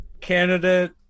candidate